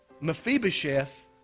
Mephibosheth